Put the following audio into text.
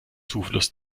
zufluss